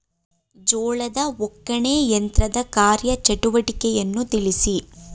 ಜೋಳದ ಒಕ್ಕಣೆ ಯಂತ್ರದ ಕಾರ್ಯ ಚಟುವಟಿಕೆಯನ್ನು ತಿಳಿಸಿ?